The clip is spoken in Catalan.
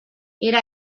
era